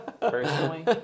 personally